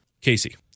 Casey